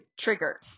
trigger